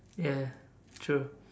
ya true